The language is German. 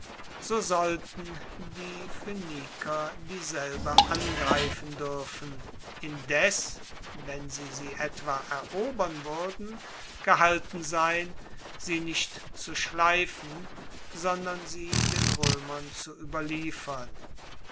so sollten die phoeniker dieselbe angreifen duerfen indes wenn sie sie etwa erobern wuerden gehalten sein sie nicht zu schleifen sondern sie den roemern zu ueberliefern